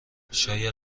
شایدم